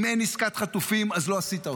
אם אין עסקת חטופים, אז לא עשית אותה.